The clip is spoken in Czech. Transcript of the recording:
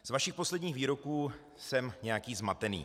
Z vašich posledních výroků jsem nějaký zmatený.